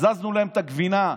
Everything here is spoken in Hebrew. הזזנו להם את הגבינה.